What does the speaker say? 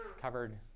covered